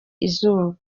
izuba